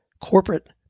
corporate